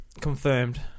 Confirmed